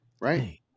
right